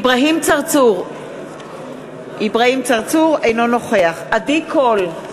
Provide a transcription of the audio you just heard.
נגד אברהים צרצור, אינו נוכח עדי קול,